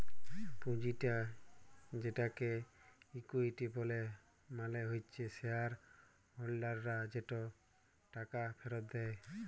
পুঁজিটা যেটাকে ইকুইটি ব্যলে মালে হচ্যে শেয়ার হোল্ডাররা যে টাকা ফেরত দেয়